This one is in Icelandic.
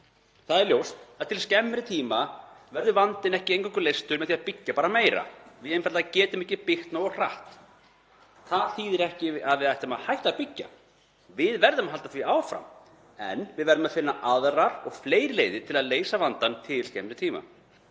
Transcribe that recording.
Það er ljóst að til skemmri tíma verður vandinn ekki eingöngu leystur með því að byggja bara meira, við getum einfaldlega ekki byggt nógu hratt. Það þýðir ekki að við ættum að hætta að byggja. Við verðum að halda því áfram. En við verðum að finna aðrar og fleiri leiðir til að leysa vandann til skemmri tíma.